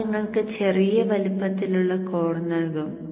അത് നിങ്ങൾക്ക് ചെറിയ വലിപ്പത്തിലുള്ള കോർ നൽകും